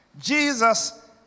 Jesus